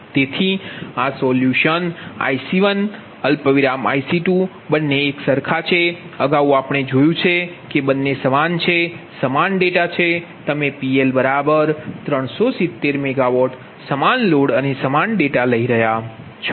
તેથી આ solution IC1 IC2 બંને એક સરખા છે અગાઉ આપણે જોયું છે કે બંને સમાન છે સમાન ડેટા છે તમે PL 370MW સમાન લોડ અને સમાન ડેટા લઈ રહ્યા છો